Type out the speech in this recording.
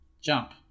jump